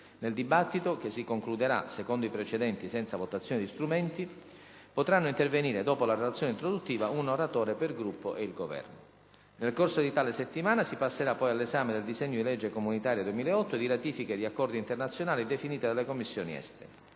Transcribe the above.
Nel dibattito, che si concludera – secondo i precedenti – senza votazione di strumenti, potranno intervenire, dopo la relazione introduttiva, un oratore per Gruppo ed il Governo. Nel corso di tale settimana si passerapoi all’esame del disegno di legge comunitaria 2008 e dei disegni di legge di ratifica di accordi internazionali definiti dalla Commissione